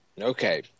Okay